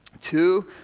Two